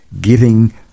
giving